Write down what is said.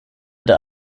der